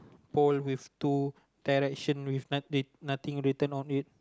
pole with two direction with noth~ nothing written on it